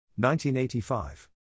1985